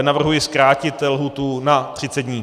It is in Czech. Navrhuji zkrátit lhůtu na 30 dní.